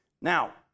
Now